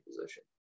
position